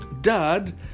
Dad